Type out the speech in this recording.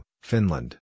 Finland